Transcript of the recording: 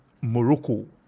Morocco